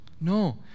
No